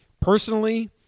personally